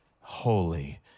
holy